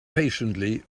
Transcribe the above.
patiently